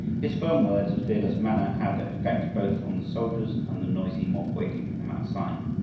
his firm words and fearless manner had their effect both on the soldiers and the noisy mob waiting for him outside,